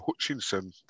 Hutchinson